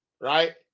right